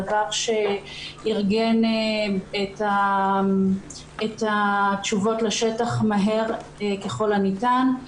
דבר שארגן את התשובות לשטח מהר ככל הניתן.